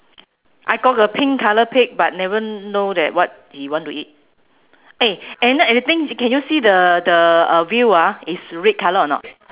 I got a pink colour pig but never know that what he want to eat eh and another thing can you see the the uh view ah is red colour or not